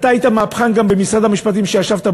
אתה היית מהפכן גם במשרד המשפטים כשישבת,